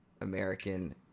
American